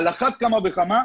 על אחת כמה וכמה,